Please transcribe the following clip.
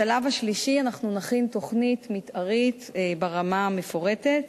בשלב השלישי נכין תוכנית מיתארית ברמה המפורטת,